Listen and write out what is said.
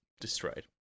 destroyed